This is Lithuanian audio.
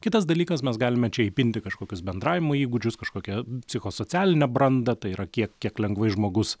kitas dalykas mes galime čia įpinti kažkokius bendravimo įgūdžius kažkokią psichosocialinę brandą tai yra kiek kiek lengvai žmogus